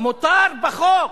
מותר בחוק.